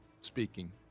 speaking